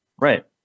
Right